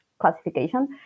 classification